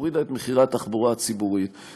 והורידה את מחירי התחבורה הציבורית,